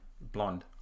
Blonde